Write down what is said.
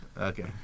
Okay